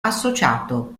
associato